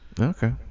Okay